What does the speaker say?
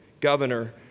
governor